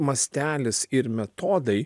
mastelis ir metodai